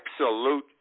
absolute